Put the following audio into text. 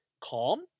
calm